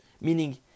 Meaning